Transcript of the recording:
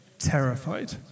Terrified